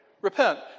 Repent